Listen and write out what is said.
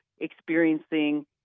experiencing